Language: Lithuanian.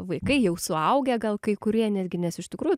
vaikai jau suaugę gal kai kurie netgi nes iš tikrųjų